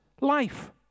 life